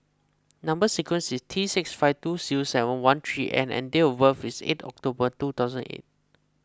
Number Sequence is T six five two zero seven one three N and date of birth is eight October two thousand and eight